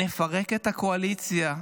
נפרק את הקואליציה.